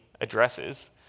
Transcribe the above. addresses